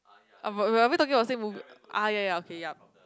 but are we talking on same movie ah ya ya okay yup